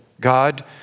God